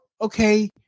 Okay